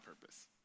purpose